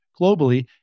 globally